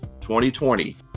2020